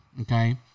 okay